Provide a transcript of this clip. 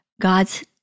God's